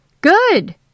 Good